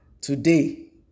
today